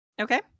Okay